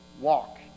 walk